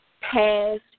past